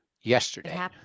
Yesterday